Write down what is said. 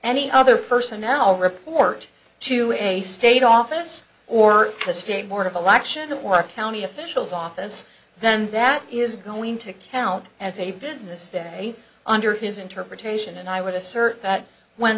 any other person now report to a state office or the state board of election or county officials office then that is going to count as a business day under his interpretation and i would assert that when